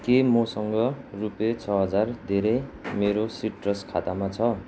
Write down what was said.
के मसँग रुपियाँ छ हजार धेरै मेरो सिट्रस खातामा छ